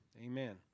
amen